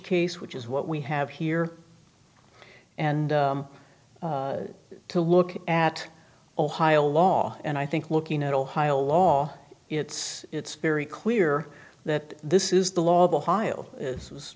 case which is what we have here and to look at ohio law and i think looking at ohio law it's it's very clear that this is